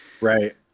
Right